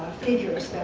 figures.